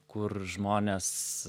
kur žmonės